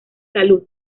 salud